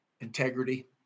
integrity